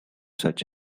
such